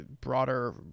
broader